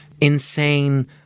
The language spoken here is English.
Insane